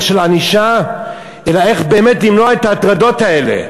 של ענישה אלא איך באמת למנוע את ההטרדות האלה.